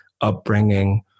upbringing